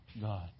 God